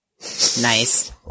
Nice